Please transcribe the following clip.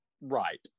right